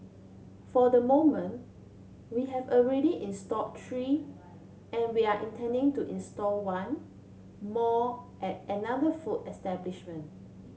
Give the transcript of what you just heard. for the moment we have already installed three and we are intending to install one more at another food establishment